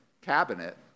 cabinet